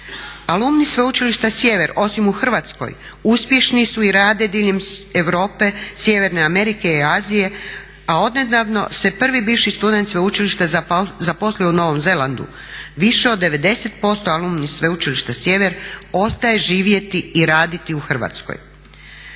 alumna Sveučilišta Sjever osim u Hrvatskoj uspješni su i rade diljem Europe, Sjeverne Amerike i Azije a odnedavno se prvi bivši student sveučilišta zaposlio u Novom Zelandu. Više od 90% alumni Sveučilišta Sjever ostaje živjeti i raditi u Hrvatskoj.